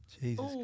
Jesus